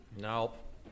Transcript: Nope